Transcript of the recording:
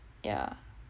yah